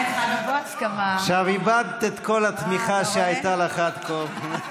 עכשיו איבדת את כל התמיכה שהייתה לך עד כה.